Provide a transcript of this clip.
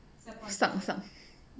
上上